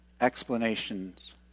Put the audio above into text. explanations